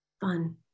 Fun